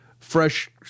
Fresh